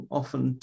often